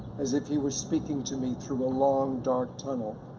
as if he was speaking to me through a long dark tunnel.